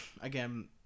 again